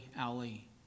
Ali